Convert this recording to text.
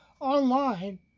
online